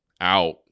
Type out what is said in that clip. out